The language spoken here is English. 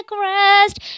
rest